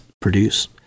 produce